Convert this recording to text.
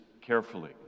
carefully